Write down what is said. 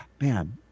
man